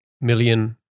million